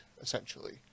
essentially